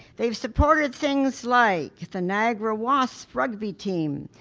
they've supported things like the niagara wasps rugby team,